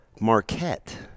Marquette